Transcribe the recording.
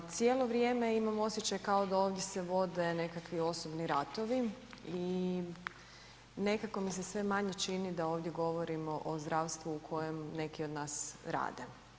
Cijelo vrijeme imam osjećaj kao da se ovdje vode nekakvi osobni ratovi i nekako mi se sve manje čini da ovdje govorimo o zdravstvu u kojem neki od nas rade.